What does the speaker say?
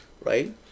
right